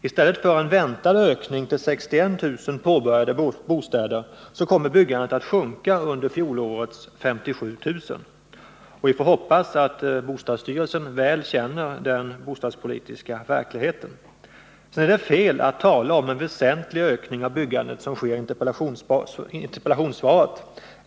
I stället för en väntad ökning till 61 000 påbörjade bostäder kommer bostadsbyggandet att sjunka under fjolårets 57 000. Vi får hoppas att bostadsstyrelsen väl känner den bostadspolitiska verkligheten. Det är fel att tala om en väsentlig ökning av bostadsbyggandet, som bostadsministern gör i svaret.